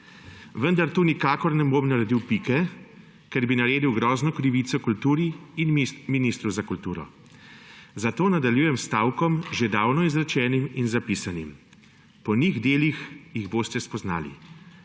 Vendar tukaj nikakor ne bom naredil pike, ker bi naredil grozno krivico kulturi in ministru za kulturo. Zato nadaljujem s stavkom, že davno izrečenim in zapisanim: Po njih delih jih boste spoznali.